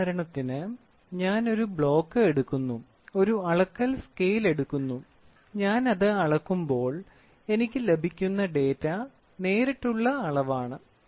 ഉദാഹരണത്തിന് ഞാൻ ഒരു ബ്ലോക്ക് എടുക്കുന്നു ഒരു അളക്കൽ സ്കെയിൽ എടുക്കുന്നു ഞാൻ അത് അളക്കുമ്പോൾ എനിക്ക് ലഭിക്കുന്ന ഡാറ്റ നേരിട്ടുള്ള അളവാണ്